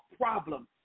problems